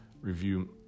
review